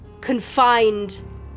confined